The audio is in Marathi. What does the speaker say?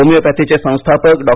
होमिओपॅथीचे संस्थापक डॉ